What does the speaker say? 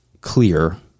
clear